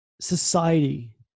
society